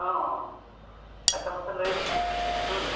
ᱦᱮᱸ ᱟᱪᱪᱷᱟ ᱢᱟᱥᱮ ᱞᱟᱹᱭ ᱵᱤᱱ ᱦᱮᱸ